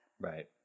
Right